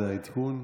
זה העדכון.